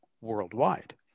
worldwide